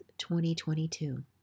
2022